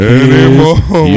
anymore